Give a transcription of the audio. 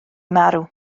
marw